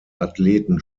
athleten